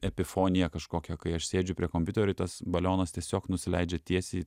epifonija kažkokia kai aš sėdžiu prie kompiuterio tas balionas tiesiog nusileidžia tiesiai